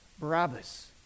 Barabbas